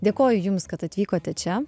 dėkoju jums kad atvykote čia